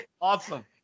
awesome